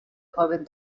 joven